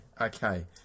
okay